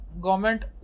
government